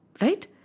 Right